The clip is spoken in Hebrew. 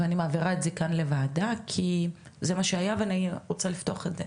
ואני מעבירה את זה כאן לוועדה כי זה מה שהיה ואני רוצה לפתוח את זה,